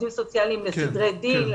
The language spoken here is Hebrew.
לעובדים סוציאליים לסדרי דין,